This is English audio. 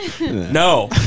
No